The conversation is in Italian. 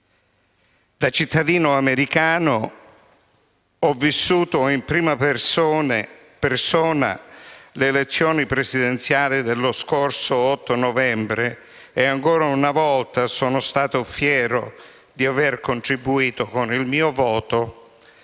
Da cittadino americano ho vissuto in prima persona le elezioni presidenziali dello scorso 8 novembre e, ancora una volta, sono stato fiero di aver contribuito con il mio voto